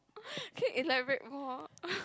can you elaborate more